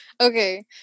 Okay